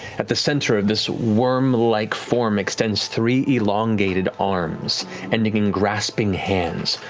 at the center of this worm-like form extends three elongated arms ending in grasping hands,